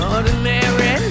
Ordinary